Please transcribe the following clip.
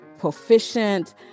proficient